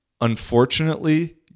Unfortunately